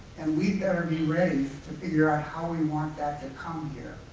and we'd better be ready to figure out how we want that to come here,